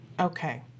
Okay